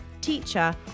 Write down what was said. teacher